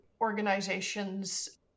organizations